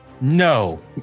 No